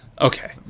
okay